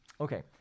Okay